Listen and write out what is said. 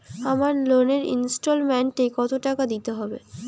আমার লোনের ইনস্টলমেন্টৈ কত টাকা দিতে হবে?